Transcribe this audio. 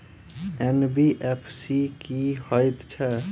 NBFC की हएत छै?